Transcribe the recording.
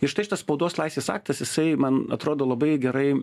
ir štai šitas spaudos laisvės aktas jisai man atrodo labai gerai